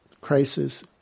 crisis